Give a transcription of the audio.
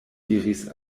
diris